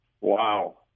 Wow